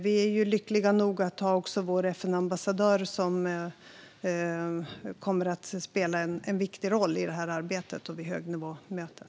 Vi är ju lyckliga nog att ha vår FN-ambassadör, som kommer att spela en viktig roll i det här arbetet och vid högnivåmötet.